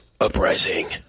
Uprising